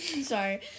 Sorry